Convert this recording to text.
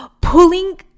pulling